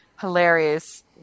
hilarious